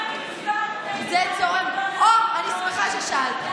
למה, אוה, אני שמחה ששאלת.